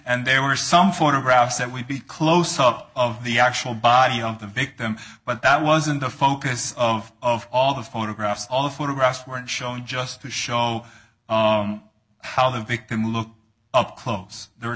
and there were some photographs that would be close off of the actual body of the victim but that wasn't the focus of all the photographs all the photographs weren't shown just to show how the victim looked up close there are